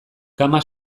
kama